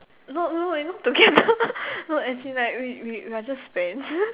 no no no we not together no as in like we we we are just friends